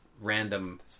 random